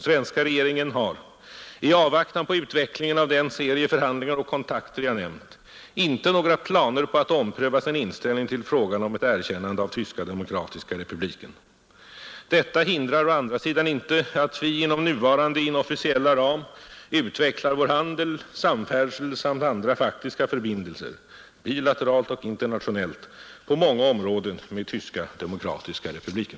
Svenska regeringen har, i avvaktan på utvecklingen av den serie förhandlingar och kontakter jag nämnt, inte några planer på att ompröva sin inställning till frågan om ett erkännande av Tyska demokratiska republiken. Detta hindrar å andra sidan inte att vi inom nuvarande inofficiella ram utvecklar vår handel, samfärdsel samt andra faktiska förbindelser, bilateralt och internationellt, på många områden med Tyska demokratiska republiken,